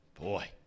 Boy